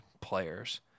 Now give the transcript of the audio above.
players